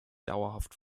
dauerhaft